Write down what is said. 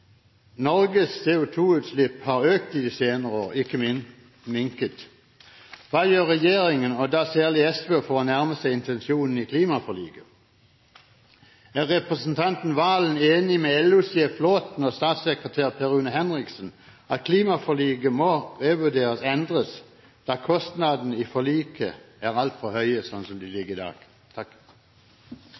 Norges CO2-utslipp har økt i de senere år, ikke minket. Hva gjør regjeringen – og da særlig SV – for å nærme seg intensjonen i klimaforliket? Er representanten Serigstad Valen enig med LO-sjef Flåthen og statssekretær Per Rune Henriksen i at klimaforliket må endres, da kostnadene i forliket er altfor høye sånn som de er i dag?